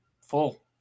Full